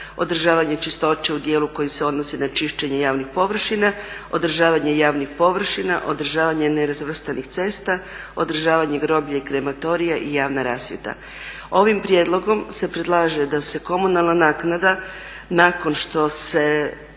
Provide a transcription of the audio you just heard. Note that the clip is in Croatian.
održavanje čistoće u dijelu koji se odnosi na čišćenje javnih površina, održavanje javnih površina, održavanje nerazvrstanih cesta, održavanje groblja i krematorija i javna rasvjeta. Ovim prijedlogom se predlaže da se komunalna naknada nakon što se,